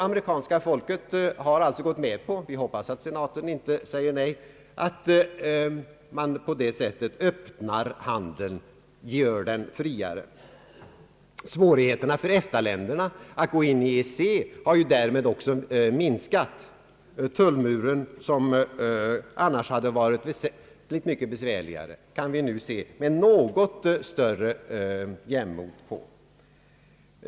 Amerikanska folket har alltså gått med på — vi hoppas att senaten inte säger nej — att man på det sättet öppnar handeln och gör den friare. Svårigheterna för EFTA-länderna att gå in i EEC har ju därmed också minskat. Tullmuren, som annars hade varit väsentligt besvärligare, kan vi nu se med något större jämnmod på.